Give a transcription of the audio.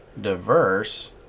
diverse